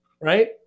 right